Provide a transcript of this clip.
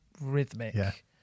rhythmic